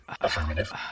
Affirmative